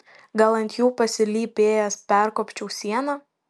gal ant jų pasilypėjęs perkopčiau sieną